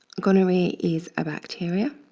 gonorrhea is a bacteria